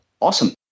Awesome